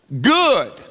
good